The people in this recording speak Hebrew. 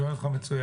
שומעים אותך מצוין.